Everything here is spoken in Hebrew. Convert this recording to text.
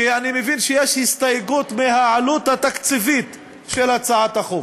כי אני מבין שיש הסתייגות מהעלות התקציבית של הצעת החוק,